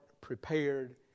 prepared